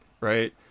Right